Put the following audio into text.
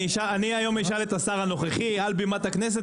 היום אשאל את שר החקלאות הנוכחי מעל בימת הכנסת